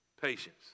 patience